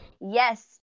Yes